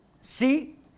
See